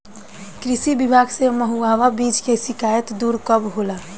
कृषि विभाग से मुहैया बीज के शिकायत दुर कब होला?